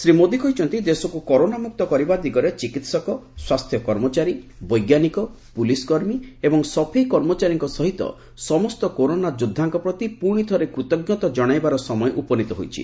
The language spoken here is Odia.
ଶ୍ରୀ ମୋଦି କହିଛନ୍ତି ଦେଶକୁ କରୋନାମୁକ୍ତ କରିବା ଦିଗରେ ଚିକିତ୍ସକ ସ୍ୱାସ୍ଥ୍ୟ କର୍ମଚାରୀ ବୈଜ୍ଞାନିକ ପୁଲିସ୍ କର୍ମୀ ଏବଂ ସଫେଇ କର୍ମଚାରୀଙ୍କ ସହିତ ସମସ୍ତ କରୋନା ଯୋଦ୍ଧାଙ୍କ ପ୍ରତି ପୁଣି ଥରେ କୃତଜ୍ଞତା କଶାଇବାର ସମୟ ଉପନୀତ ହୋଇଛି